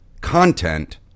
content